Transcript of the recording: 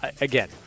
again